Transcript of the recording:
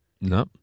No